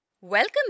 Welcome